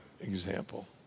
example